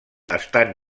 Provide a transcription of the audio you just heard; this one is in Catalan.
estan